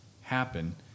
happen